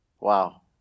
Wow